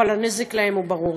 אבל הנזק להם הוא ברור.